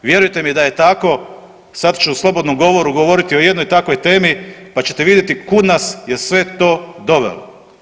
Vjerujte mi da je tako sad ću u slobodnom govoru govoriti o jednoj takvoj temi pa ćete vidjeti kud nas je sve to dovelo.